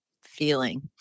feeling